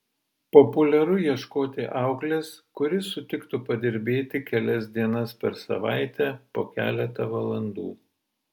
populiaru ieškoti auklės kuri sutiktų padirbėti kelias dienas per savaitę po keletą valandų